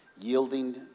yielding